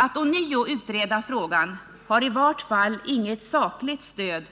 Att ånyo utreda frågan hari vart fall inget sakligt stöd,